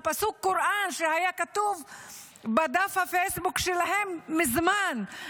על פסוק קוראן שהיה כתוב בדף הפייסבוק שלהן מזמן,